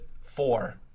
four